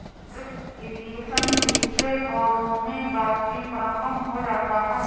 drip irrigation विधि से पौधों में वाष्पीकरण कम हो जाता है